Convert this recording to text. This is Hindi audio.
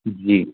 जी